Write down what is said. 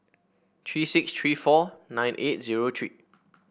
three six three four nine eight zero three